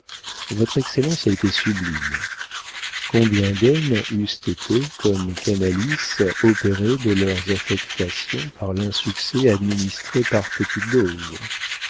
votre excellence a été sublime combien d'hommes eussent été comme canalis opérés de leurs affectations par l'insuccès administré par petites doses